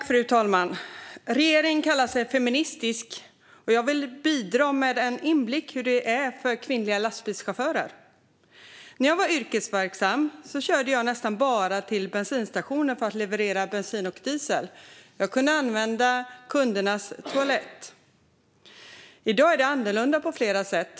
Fru talman! Regeringen kallar sig feministisk. Jag vill bidra med en inblick i hur det är för kvinnliga lastbilschaufförer. När jag var yrkesverksam körde jag nästan bara till bensinstationer för att leverera bensin och diesel. Då kunde jag använda kundtoaletterna. I dag är det annorlunda på flera sätt.